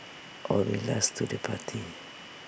or being last to the party